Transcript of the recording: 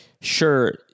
sure